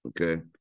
Okay